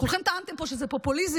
כולכם טענתם פה שזה פופוליזם,